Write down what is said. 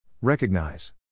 Recognize